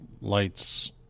lights